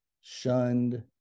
shunned